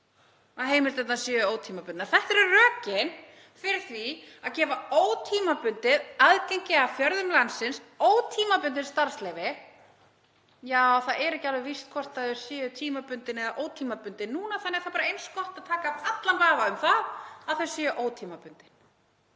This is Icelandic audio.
að heimildirnar væru ótímabundnar. Þetta eru rökin fyrir því að gefa ótímabundið aðgengi að fjörðum landsins. Ótímabundin starfsleyfi. Já, það er ekki alveg víst hvort þau séu tímabundin eða ótímabundin núna þannig að það er bara eins gott að taka af allan vafa um að þau séu ótímabundin.